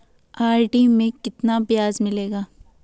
RD में कितना ब्याज मिलेगा?